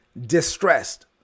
distressed